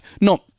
No